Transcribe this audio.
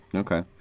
Okay